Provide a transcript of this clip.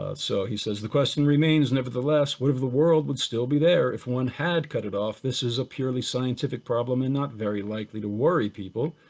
ah so he says, the question remains nevertheless, what of the world would still be there if one had cut it off, this is a purely scientific problem and not very likely to worry people.